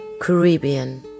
Caribbean